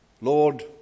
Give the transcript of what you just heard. Lord